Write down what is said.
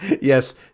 yes